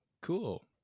cool